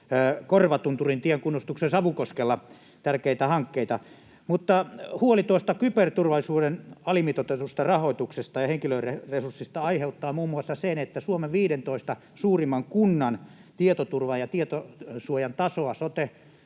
Korvatunturintien kunnostuksen Savukoskella — tärkeitä hankkeita. Mutta huoli tuosta kyberturvallisuuden alimitoitetusta rahoituksesta ja henkilöresurssista aiheuttaa muun muassa sen, että Suomen 15 suurimman kunnan tietoturvan ja tietosuojan tasoa